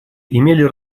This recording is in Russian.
имели